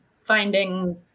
finding